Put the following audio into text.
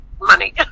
money